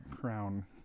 crown